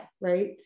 right